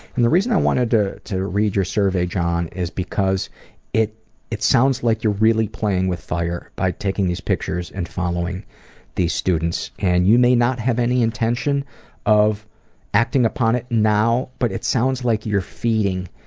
and the reason i wanted to to read your survey, john, is because it it sounds like you're really playing with fire by taking these pictures and following these students. and you may not have any intention of acting upon it now, but it sounds like you're feeding